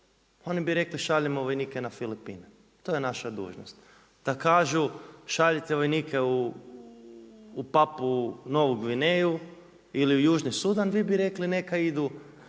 oni bi rekli šaljemo vojnike na Filipine, to je naša dužnost. Da kažu šaljite vojnike u Papuu Novu Gvineju ili u Južni Sudan vi bi rekli neka idu